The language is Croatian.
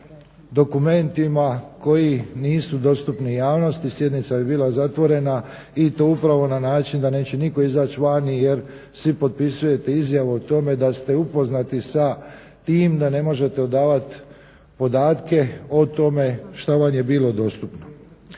o dokumentima koji nisu dostupni javnosti. Sjednica bi bila zatvorena i to upravo na način da neće nitko izaći van jer svi potpisujete izjavu o tome da ste upoznati sa tim da ne možete odavati podatke o tome što vam je bilo dostupno.